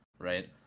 right